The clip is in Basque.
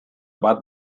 bat